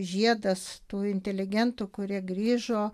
žiedas tų inteligentų kurie grįžo